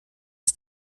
des